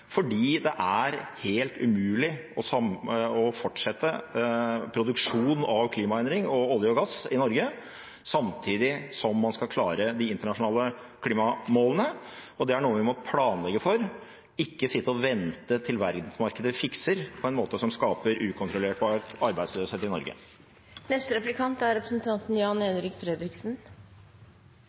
fordi det er helt umulig å fortsette produksjon av klimaendring og olje og gass i Norge samtidig som man skal klare de internasjonale klimamålene. Og det er noe vi må planlegge for, ikke sitte og vente til verdensmarkedet fikser på en måte som skaper ukontrollert arbeidsløshet i Norge. Miljøpartiet De Grønne har til det kjedsommelige påstått at de er